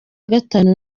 gatanu